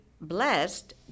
blessed